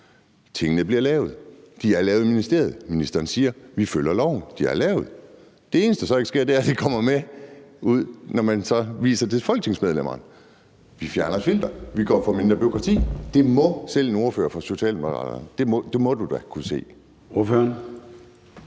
Tingene bliver lavet. De er lavet i ministeriet. Ministeren siger: Vi følger loven; de er lavet. Det eneste, der så ikke sker, er, at det kommer med ud, når man så viser det til folketingsmedlemmerne. Vi fjerner et filter. Vi får mindre bureaukrati. Det må selv en ordfører for Socialdemokraterne kunne se.